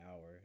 hour